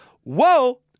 whoa